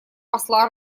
посла